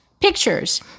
pictures